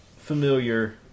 familiar